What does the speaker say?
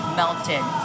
melted